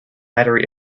battery